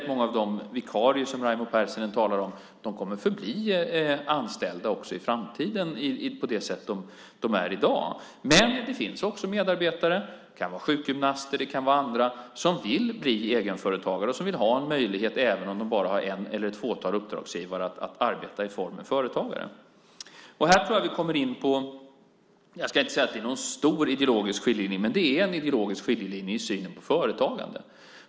Många av de vikarier som Raimo Pärssinen talar om kommer att förbli anställda också i framtiden på det sätt de är i dag. Men det finns också medarbetare, det kan vara sjukgymnaster eller andra, som vill bli egenföretagare och som vill ha den möjligheten även om de bara har en eller ett fåtal uppdragsgivare att arbeta med i formen företagare. Här kommer vi in på en ideologisk skiljelinje - jag ska inte säga att det är en stor ideologisk skiljelinje, men det är en ideologisk skiljelinje - i synen på företagande.